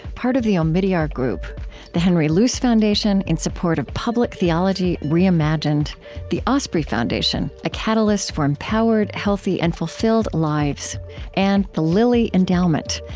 part of the omidyar group the henry luce foundation, in support of public theology reimagined the osprey foundation a catalyst for empowered, healthy, and fulfilled lives and the lilly endowment,